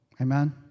Amen